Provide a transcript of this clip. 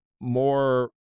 more